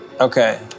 Okay